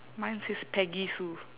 mine says peggy sue